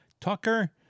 Tucker